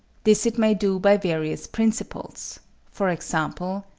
this it may do by various principles for example,